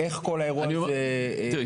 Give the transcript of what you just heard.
איך כל האירוע הזה ינוהל?